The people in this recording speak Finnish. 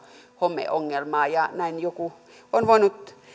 homeongelmaa näin joku on voinut